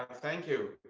ah thank you.